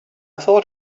thought